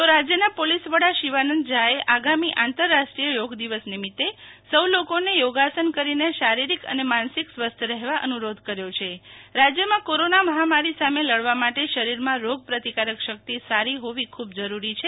તો રાજયના પોલીસવડા શિવાનંદ ઝા એ આગામી આંતરાષ્ટ્રીય યોગ દિવસ નિમિતે સૌ લોકોને યોગાસન કરીને શારીરિક અને માનસિક સ્વસ્થ રહેવા અનુ રોધ કર્યો છે રાજયમાં કોરોના મહામારી સામે લડવા માટે શરીરમા રોગપ્રતિકારક શક્તિ સારી હોવી ખુબ જરૂરી છે